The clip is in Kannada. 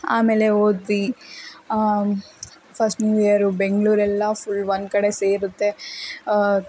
ಆಮೇಲೆ ಹೋದ್ವಿ ಫಸ್ಟ್ ನ್ಯೂ ಇಯರು ಬೆಂಗಳೂರೆಲ್ಲ ಫುಲ್ ಒಂದು ಕಡೆ ಸೇರತ್ತೆ